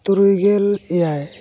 ᱛᱩᱨᱩᱭ ᱜᱮᱞ ᱮᱭᱟᱭ